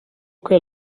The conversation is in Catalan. que